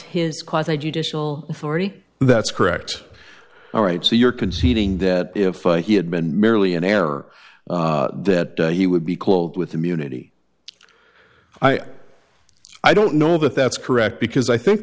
his cause i judicial authority that's correct all right so you're conceding that if he had been merely in error that he would be clothed with immunity i don't know that that's correct because i think